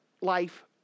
life